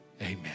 amen